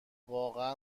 واقعا